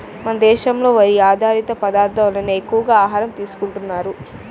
మన దేశంలో వరి ఆధారిత పదార్దాలే ఎక్కువమంది ఆహారంగా తీసుకుంటన్నారు